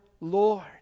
Lord